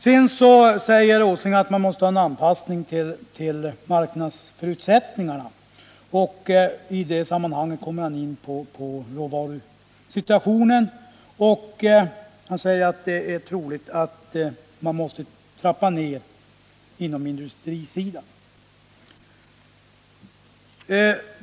Sedan tycker herr Åsling att man måste ha en anpassning till marknadsförutsättningarna, och i det sammanhanget kommer han in på råvarusituationen och säger att det är troligt att man måste trappa ner verksamheten på industrisidan.